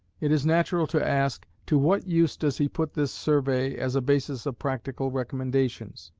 it is natural to ask, to what use does he put this survey as a basis of practical recommendations?